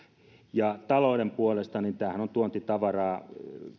pieniksi talouden puolesta tämähän on tuontitavaraa